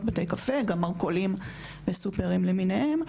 כמו מסעדות ובתי קפה, גם מרכולים וסופרים למיניהם,